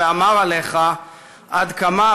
ואמר עליך עד כמה,